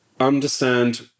understand